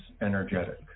energetic